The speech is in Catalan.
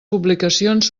publicacions